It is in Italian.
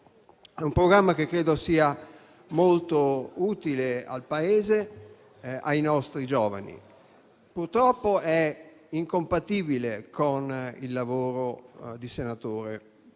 È un programma che credo sia molto utile al Paese e ai nostri giovani. Purtroppo, è incompatibile con il lavoro di senatore,